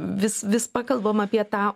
vis vis pakalbam apie tą